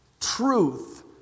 Truth